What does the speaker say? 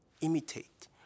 imitate